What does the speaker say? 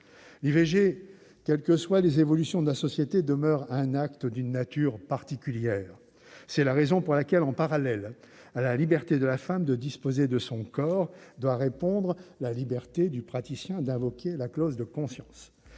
actes. Quelles que soient les évolutions de la société, l'IVG demeure un acte d'une nature particulière. C'est la raison pour laquelle à la liberté de la femme de disposer de son corps doit répondre la liberté du praticien d'invoquer la clause de conscience.